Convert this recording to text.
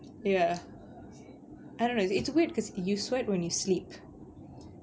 ya I don't know it's weird because you sweat when you sleep